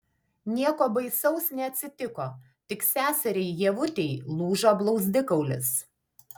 nieko baisaus neatsitiko tik seseriai ievutei lūžo blauzdikaulis